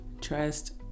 trust